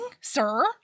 sir